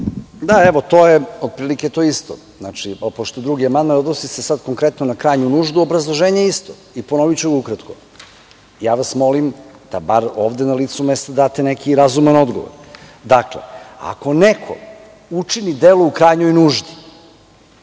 Da, to je otprilike to isto. Pošto je 2. amandman, odnosi se sada konkretno na krajnju nuždu. Obrazloženje je isto i ponoviću ukratko. Molim vas da bar ovde na licu mesta date neki razuman odgovor. Dakle, ako neko učini delo u krajnjoj nuždi,